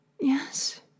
Yes